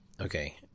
Okay